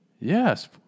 yes